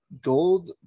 Gold